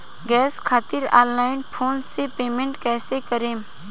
Gas खातिर online phone से payment कैसे करेम?